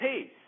peace